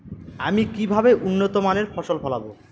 আমি কিভাবে উন্নত মানের ফসল ফলাবো?